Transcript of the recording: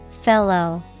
Fellow